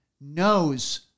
knows